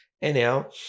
Anyhow